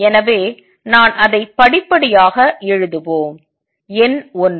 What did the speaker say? எனவே நான் அதை படிப்படியாக எழுதுவோம் எண் ஒன்று